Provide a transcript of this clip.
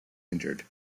injured